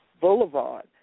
Boulevard